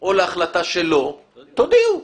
או להחלטה שלא, תודיעו.